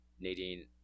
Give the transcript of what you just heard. Nadine